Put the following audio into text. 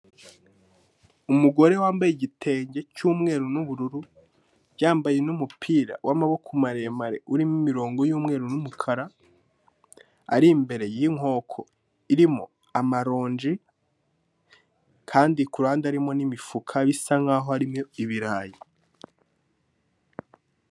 Umugore wambaye igitenge cy'umweru n'ubururu, yambaye n'umupira wamaboko maremare urimo imirongo yumweru n'umukara, ari imbere y'inkoko irimo amaronji, kandi kururahande arimo n'imifuka bisa nkaho harimo ibirayi.